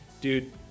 dude